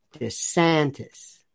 DeSantis